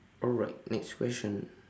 alright next question